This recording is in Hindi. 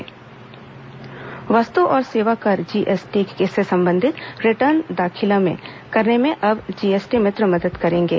जीएसटी मित्र वस्तु और सेवा कर जीएसटी से संबंधित रिटर्न दाखिल करने में अब जीएसटी मित्र मदद करेंगे